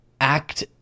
act